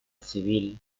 civil